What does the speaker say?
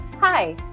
Hi